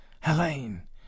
Helene